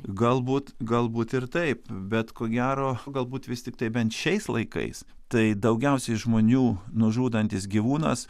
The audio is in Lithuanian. galbūt galbūt ir taip bet ko gero galbūt vis tiktai bent šiais laikais tai daugiausiai žmonių nužudantis gyvūnas